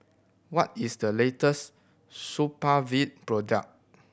what is the latest Supravit product